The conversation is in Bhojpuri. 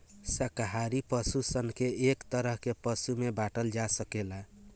शाकाहारी पशु सन के एक तरह के पशु में बाँटल जा सकेला